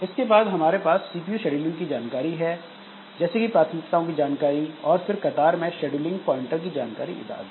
इसके बाद हमारे पास सीपीयू शेड्यूलिंग की जानकारी जैसे कि प्राथमिकताओं की जानकारी और फिर कतार में शेड्यूलिंग पॉइंटर की जानकारी आदि